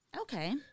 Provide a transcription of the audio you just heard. Okay